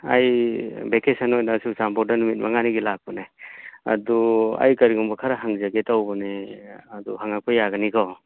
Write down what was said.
ꯑꯩ ꯚꯦꯀꯦꯁꯟ ꯑꯣꯏꯅ ꯆꯨꯔꯆꯥꯟꯄꯨꯔꯗ ꯅꯨꯃꯤꯠ ꯃꯉꯥꯅꯤꯒꯤ ꯂꯥꯛꯄꯅꯦ ꯑꯗꯨ ꯑꯩ ꯀꯔꯤꯒꯨꯝꯕ ꯈꯔ ꯍꯪꯖꯒꯦ ꯇꯧꯕꯅꯦ ꯑꯗꯨ ꯍꯪꯉꯛꯄ ꯌꯥꯒꯅꯤꯀꯣ